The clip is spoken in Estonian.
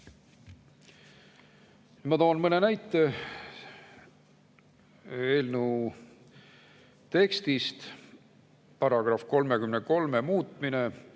Ma toon mõne näite eelnõu tekstist. Paragrahvi 33 muutmine: